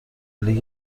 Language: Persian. لیگ